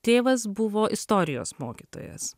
tėvas buvo istorijos mokytojas